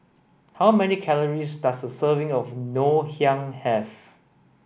how many calories does a serving of Ngoh Hiang Have